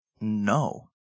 No